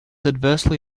adversely